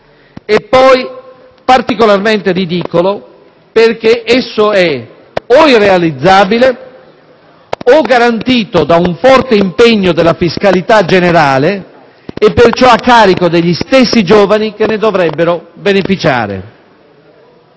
è poi particolarmente ridicolo perché è irrealizzabile o garantito da un forte impegno della fiscalità generale e, perciò, a carico degli stessi giovani che ne dovrebbero beneficiare.